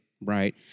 Right